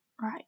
Right